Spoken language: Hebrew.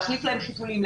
להחליף להם חיתולים,